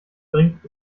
bringt